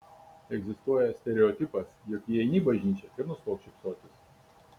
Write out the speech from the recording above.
egzistuoja stereotipas jog įeini bažnyčią ir nustok šypsotis